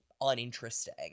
uninteresting